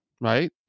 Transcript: right